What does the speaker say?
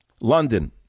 London